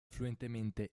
fluentemente